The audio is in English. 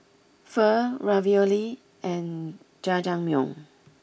Pho Ravioli and Jajangmyeon